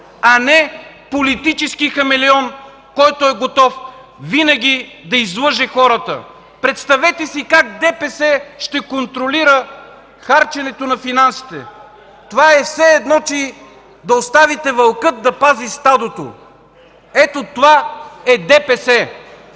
а не политически хамелеон, който е готов винаги да излъже хората! Представете си как ДПС ще контролира харченето на финансите?! Това е все едно да оставите вълкът да пази стадото. Ето това е ДПС!